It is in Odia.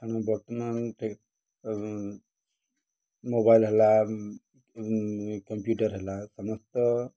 କାରଣ ବର୍ତ୍ତମାନ ମୋବାଇଲ୍ ହେଲା କମ୍ପ୍ୟୁଟର୍ ହେଲା ସମସ୍ତ